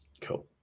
cool